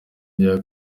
rya